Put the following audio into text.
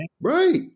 Right